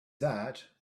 that